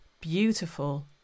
beautiful